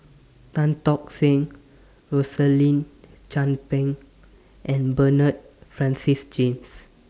Tan Tock Seng Rosaline Chan Pang and Bernard Francis James